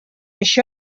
això